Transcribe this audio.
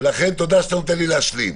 תודה שאתה נותן לי להשלים.